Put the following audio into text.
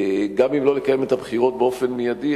גם אם לא לקיים את הבחירות באופן מיידי,